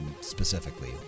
Specifically